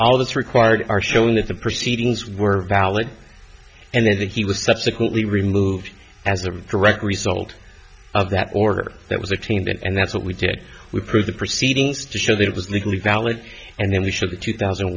all that's required are shown that the proceedings were valid and that he was subsequently removed as a direct result of that order that was a team and that's what we did we prove the proceedings to show that it was legally valid and then we should get two thousand